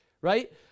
Right